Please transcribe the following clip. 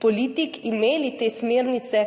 politik, imeli te smernice